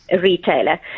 retailer